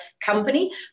company